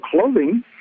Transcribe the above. clothing